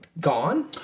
Gone